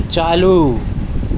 چالو